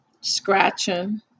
scratching